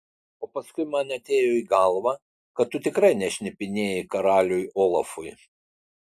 o paskui man atėjo į galvą kad tu tikrai nešnipinėjai karaliui olafui